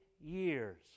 years